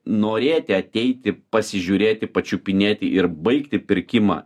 norėti ateiti pasižiūrėti pačiupinėti ir baigti pirkimą